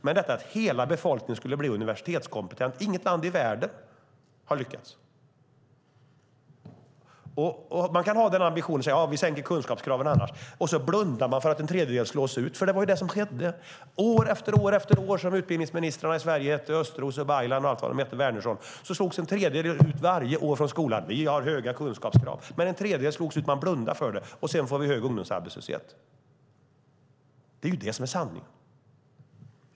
Men inget land i världen har lyckats få hela befolkningen universitetskompetent. Man kan ha den ambitionen och säga att man sänker kunskapskraven annars, men då blundar man för att en tredjedel slås ut. Det var ju det som skedde. År efter år som utbildningsministrarna i Sverige hette Östros, Baylan och Wärnersson slogs en tredjedel ut från skolan varje år. Man blundade för det, och sedan fick vi en hög ungdomsarbetslöshet. Det är sanningen.